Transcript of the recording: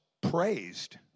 praised